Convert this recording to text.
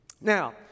Now